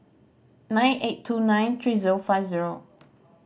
nine eight two nine three zero five zero